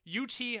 UT